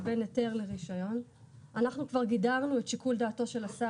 אני אומר משהו כללי על האיזונים האלה,